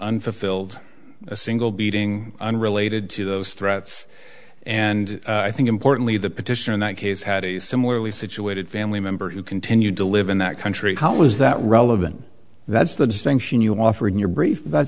unfulfilled a single beating unrelated to those threats and i think importantly the petitioner in that case had a similarly situated family member who continued to live in that country how was that relevant that's the distinction you offer in your brief that